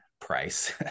price